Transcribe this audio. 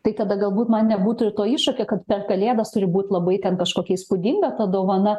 tai tada galbūt man nebūtų ir to iššūkio kad per kalėdas turi būt labai ten kažkokia įspūdinga ta dovana